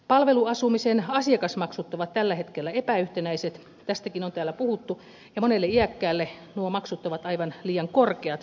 palveluasumisen asiakasmaksut ovat tällä hetkellä epäyhtenäiset tästäkin on täällä puhuttu ja monelle iäkkäälle nuo maksut ovat aivan liian korkeat